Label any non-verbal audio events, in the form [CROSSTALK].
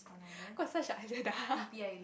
got such island ah [LAUGHS]